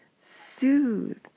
soothe